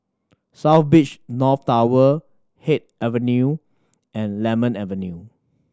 South Beach North Tower Haig Avenue and Lemon Avenue